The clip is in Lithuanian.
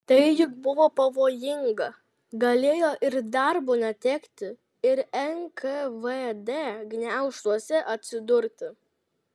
tai juk buvo pavojinga galėjo ir darbo netekti ir nkvd gniaužtuose atsidurti